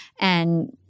And-